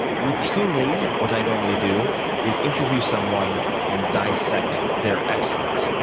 routinely what i normally do is interview someone and dissect their excellence.